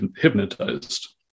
hypnotized